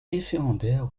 référendaire